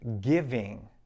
Giving